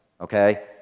okay